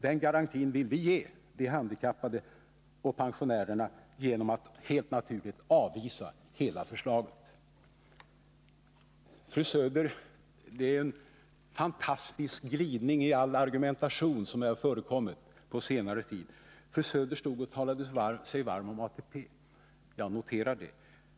Den garantin vill vi ge de handikappade och pensionärerna genom att helt naturligt avvisa hela förslaget. Det är en fantastisk glidning i all argumentation som förekommit på senare tid. Fru Söder talade sig varm om ATP. Jag noterar det.